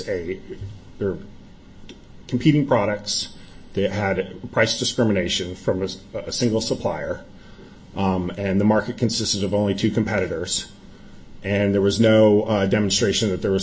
good there competing products they had price discrimination from just a single supplier and the market consisted of only two competitors and there was no demonstration that there was